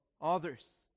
others